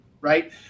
right